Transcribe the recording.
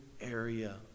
area